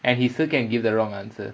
and he still can give the wrong answer